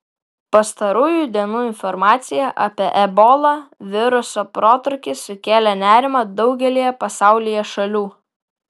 pastarųjų dienų informacija apie ebola viruso protrūkį sukėlė nerimą daugelyje pasaulyje šalių